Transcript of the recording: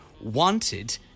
wanted